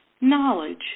knowledge